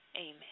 Amen